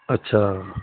ਅੱਛਾ